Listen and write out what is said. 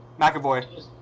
McAvoy